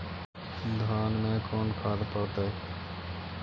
धान मे कोन खाद पड़तै?